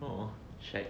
uh uh shag